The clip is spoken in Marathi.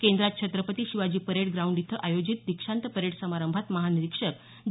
केंद्रात छत्रपती शिवाजी परेड ग्राउंड इथं आयोजित दीक्षांत संचलन समारंभात महानिरीक्षक जी